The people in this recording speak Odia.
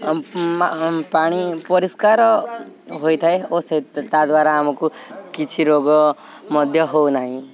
ପାଣି ପରିଷ୍କାର ହୋଇଥାଏ ଓ ସେ ତାଦ୍ୱାରା ଆମକୁ କିଛି ରୋଗ ମଧ୍ୟ ହେଉନାହିଁ